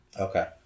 Okay